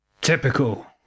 Typical